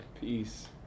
peace